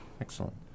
Excellent